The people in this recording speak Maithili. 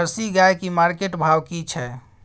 जर्सी गाय की मार्केट भाव की छै?